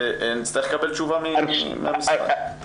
נצטרך לקבל תשובה מהמשרד.